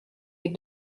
les